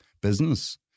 business